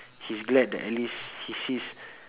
he's glad that at least he sees